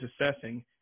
assessing